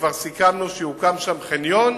וכבר סיכמנו שיוקם שם חניון